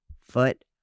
foot